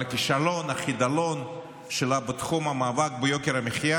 אבל הכישלון, החידלון שלה בתחום המאבק ביוקר המחיה